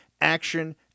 Action